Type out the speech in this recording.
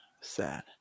sad